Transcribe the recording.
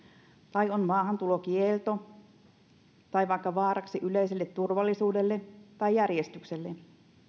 tai on maahantulokielto tai vaikka on vaaraksi yleiselle turvallisuudelle tai järjestykselle